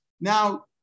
Now